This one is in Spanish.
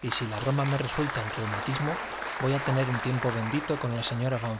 y si la broma me resulta en reumatismo voy a tener un tiempo bendito con la señora van